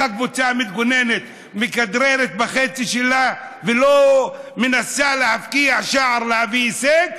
איך שהקבוצה המתגוננת מכדררת בחצי שלה ולא מנסה להבקיע שער להביא הישג,